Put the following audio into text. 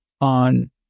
on